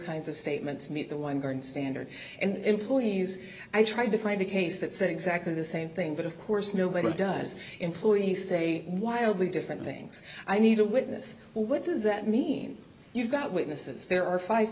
kinds of statements meet the weingarten standard and employees i tried to find a case that said exactly the same thing but of course nobody does employees say wildly different things i need a witness what does that mean you've got witnesses there are five